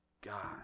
God